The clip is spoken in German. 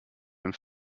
wir